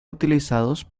utilizados